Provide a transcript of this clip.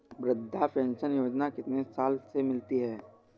वृद्धा पेंशन योजना कितनी साल से मिलती है?